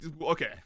Okay